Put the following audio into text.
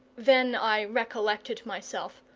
then i recollected myself.